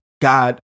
God